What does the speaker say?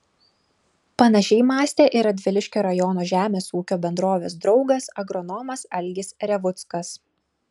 panašiai mąstė ir radviliškio rajono žemės ūkio bendrovės draugas agronomas algis revuckas